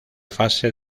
fase